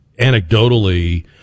anecdotally